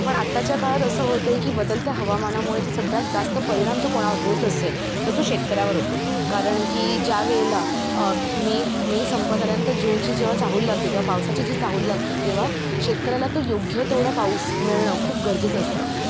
पण आत्ताच्या काळात असं होत आहे की बदलत्या हवामानामुळे जर सगळ्यात जास्त परिणाम जो कोणावर होत असेल तर तो शेतकऱ्यावर होतो कारण की ज्यावेळेला मे मे संपत आल्यानंतर जूनची जेव्हा चाहूल लागते तेव्हा पावसाची जी चाहूल लागते तेव्हा शेतकऱ्याला तो योग्य तेवढं पाऊस मिळणं खूप गरजेचं असतं